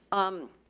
um,